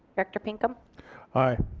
director pinkham aye.